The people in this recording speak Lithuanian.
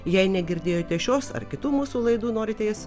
jei negirdėjote šios ar kitų mūsų laidų norite jas